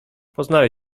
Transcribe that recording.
poznali